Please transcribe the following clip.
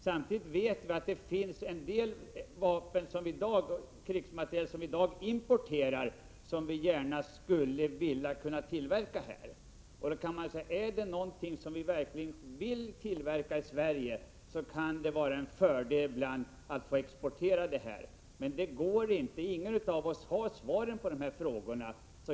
Samtidigt vet vi att det finns en del krigsmateriel, som vi i dag importerar men som vi gärna skulle vilja kunna tillverka här. Då kan man säga: Är det någonting som vi verkligen vill tillverka i Sverige så kan det vara en fördel att också kunna exportera det. Ingen av oss har svaren på de här frågorna.